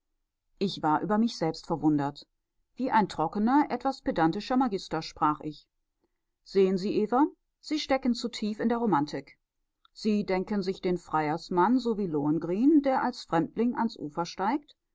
ich war über mich selbst verwundert wie ein trockener etwas pedantischer magister sprach ich sehen sie eva sie stecken zu tief in der romantik sie denken sich den freiersmann so wie lohengrin der als fremdling ans ufer steigt